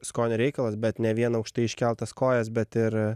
skonio reikalas bet ne vien aukštai iškeltas kojas bet ir